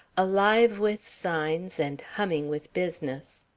alive with signs and humming with business.